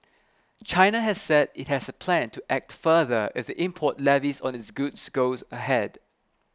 China has said it has a plan to act further if import levies on its goods goes ahead